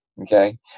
Okay